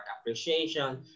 appreciation